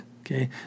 Okay